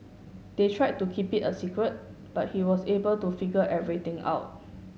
they tried to keep it a secret but he was able to figure everything out